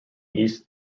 east